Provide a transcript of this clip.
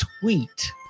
tweet